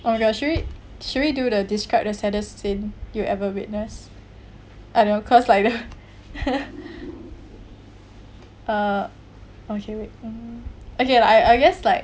on the script should we do the describe the saddest scene you ever witness I know cause like the uh okay wait mm okay I I guess like